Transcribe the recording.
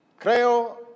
Creo